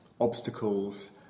obstacles